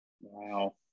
Wow